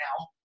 now